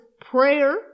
prayer